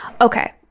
okay